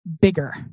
bigger